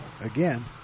again